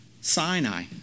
Sinai